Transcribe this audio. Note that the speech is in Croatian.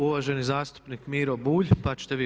Uvaženi zastupnik Miro Bulj pa ćete vi.